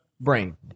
brain